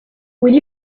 will